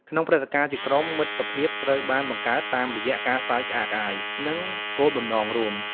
ក្នុងព្រឹត្តិការណ៍ជាក្រុម មិត្តភាពត្រូវបានបង្កើតតាមរយៈការសើចក្អាកក្អាយ និងគោលបំណងរួម។